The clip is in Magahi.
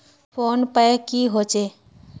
फ़ोन पै की होचे?